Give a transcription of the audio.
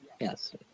Yes